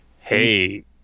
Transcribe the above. Hey